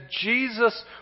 Jesus